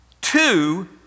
Two